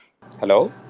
Hello